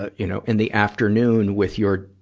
ah you know, in the afternoon with your,